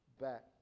back